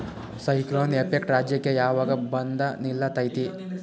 Cyclone effect ರಾಜ್ಯಕ್ಕೆ ಯಾವಾಗ ಬಂದ ನಿಲ್ಲತೈತಿ?